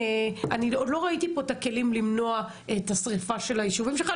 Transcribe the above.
אני עוד לא ראיתי פה את הכלים למנוע את השריפה של הישובים שלך,